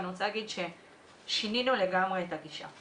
אני רוצה לומר ששינינו לגמרי את הגישה.